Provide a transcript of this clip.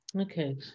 okay